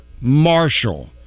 Marshall